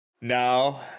Now